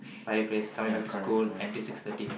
my prayers coming back to school until six thirty